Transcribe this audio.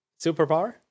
Superpower